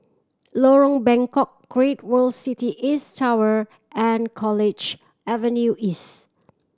Lorong Bengkok Great World City East Tower and College Avenue East